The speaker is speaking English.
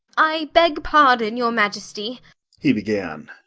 i beg pardon, your majesty he began,